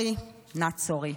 Sorry, not sorry.